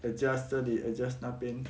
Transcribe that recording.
adjust 的你 adjust 那边